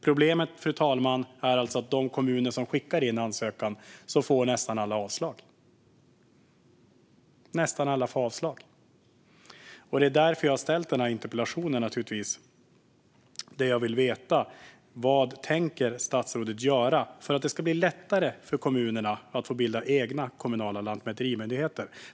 Problemet, fru talman, är att nästan alla kommuner som skickar in en ansökan får avslag. Det är därför jag har ställt interpellationen. Jag vill veta vad statsrådet tänker göra för att det ska bli lättare för kommunerna att få bilda egna kommunala lantmäterimyndigheter.